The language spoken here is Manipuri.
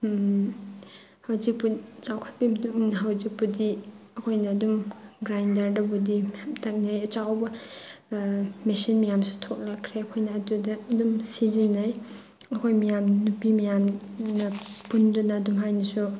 ꯍꯧꯖꯤꯛꯄꯨ ꯆꯥꯎꯈꯠꯄꯒꯤ ꯃꯇꯨꯡ ꯏꯟꯅ ꯍꯧꯖꯤꯛꯄꯨꯗꯤ ꯑꯩꯈꯣꯏꯅ ꯑꯗꯨꯝ ꯒ꯭ꯔꯥꯟꯗꯔꯗꯕꯨꯗꯤ ꯃꯌꯥꯝ ꯇꯛꯅꯩꯌꯦ ꯑꯆꯥꯎꯕ ꯃꯦꯆꯤꯟ ꯃꯌꯥꯝꯁꯨ ꯊꯣꯛꯂꯛꯈ꯭ꯔꯦ ꯑꯩꯈꯣꯏꯅ ꯑꯗꯨꯗ ꯑꯗꯨꯝ ꯁꯤꯖꯤꯟꯅꯩ ꯑꯩꯈꯣꯏ ꯃꯌꯥꯝ ꯅꯨꯄꯤ ꯃꯌꯥꯝꯅ ꯄꯨꯟꯅ ꯄꯨꯟꯗꯨꯅ ꯑꯗꯨꯃꯥꯏꯅꯁꯨ